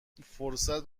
فرصت